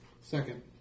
Second